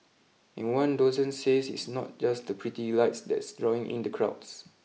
and one docent says it's not just the pretty lights that's drawing in the crowds